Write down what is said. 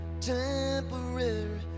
temporary